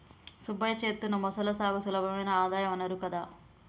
సుబ్బయ్య చేత్తున్న మొసళ్ల సాగు సులభమైన ఆదాయ వనరు కదా